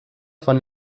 von